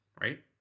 right